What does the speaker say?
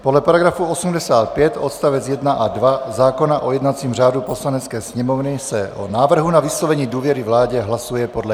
Podle § 85 odst. 1 a 2 zákona o jednacím řádu Poslanecké sněmovny se o návrhu na vyslovení důvěry vládě hlasuje podle jmen.